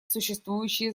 существующие